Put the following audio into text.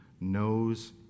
knows